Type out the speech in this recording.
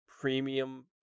premium